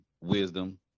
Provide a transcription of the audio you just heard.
wisdom